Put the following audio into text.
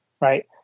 Right